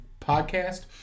podcast